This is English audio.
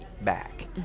back